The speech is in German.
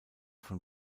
von